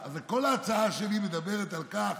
כל ההצעה שלי מדברת על כך